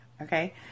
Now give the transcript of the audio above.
Okay